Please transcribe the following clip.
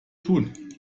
tun